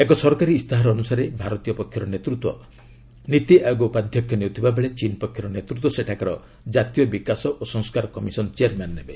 ଏକ ସରକାରୀ ଇସ୍ତାହାର ଅନୁସାରେ ଭାରତୀୟ ପକ୍ଷର ନେତୃତ୍ୱ ନୀତି ଆୟୋଗ ଉପାଧ୍ୟକ୍ଷ ନେଉଥିବା ବେଳେ ଚୀନ୍ ପକ୍ଷର ନେତୃତ୍ୱ ସେଠାକାର ଜାତୀୟ ବିକାଶ ଓ ସଂସ୍କାର କମିଶନ୍ ଚେୟାରମ୍ୟାନ୍ ନେବେ